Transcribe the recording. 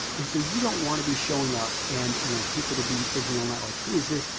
and so, you don't want to be showing up and you know people to be thinking all night like, who is this?